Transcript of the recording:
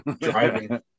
driving